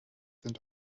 sind